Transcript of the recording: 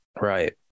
Right